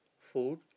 Food